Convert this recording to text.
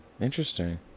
interesting